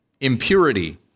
impurity